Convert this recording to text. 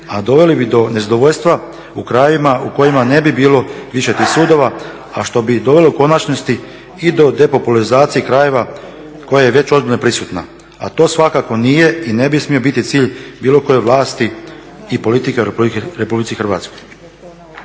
a doveli bi do nezadovoljstva u krajevima u kojima ne bi bilo više tih sudova, a što bi dovelo u konačnosti i do depopularizacije krajeva koje je već ozbiljno prisutna, a to svakako nije i ne bi smio biti cilj bilo koje vlasti u RH. Pa se iz tih razloga